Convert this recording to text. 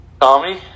Tommy